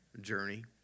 journey